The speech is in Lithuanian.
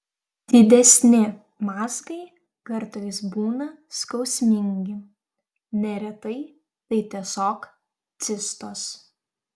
didesni mazgai kartais būna skausmingi neretai tai tiesiog cistos